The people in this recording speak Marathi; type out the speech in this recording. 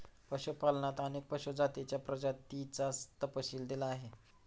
पशुपालनात अनेक पशु जातींच्या प्रजातींचा तपशील दिला आहे